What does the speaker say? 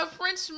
French